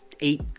eight